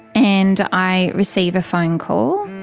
and i receive a phone call.